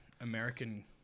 American